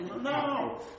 No